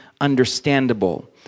understandable